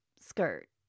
skirt